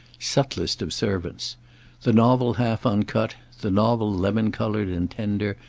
subtlest of servants the novel half-uncut, the novel lemon-coloured and tender,